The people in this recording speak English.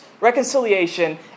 reconciliation